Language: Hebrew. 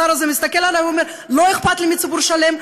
השר הזה מסתכל עלי ואומר: לא אכפת לי ציבור שלם,